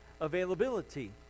availability